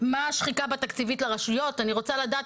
מה השחיקה התקציבית לרשויות, אני רוצה לדעת